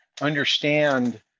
understand